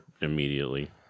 immediately